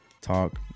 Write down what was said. talk